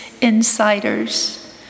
insiders